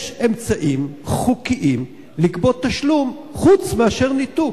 יש אמצעים חוקיים לגבות תשלום חוץ מאשר ניתוק.